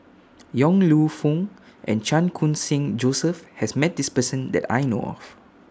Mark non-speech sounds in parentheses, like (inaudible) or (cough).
(noise) Yong Lew Foong and Chan Khun Sing Joseph has Met This Person that I know of